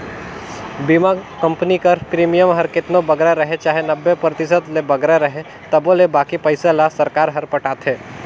बीमा कंपनी कर प्रीमियम हर केतनो बगरा रहें चाहे नब्बे परतिसत ले बगरा रहे तबो ले बाकी पइसा ल सरकार हर पटाथे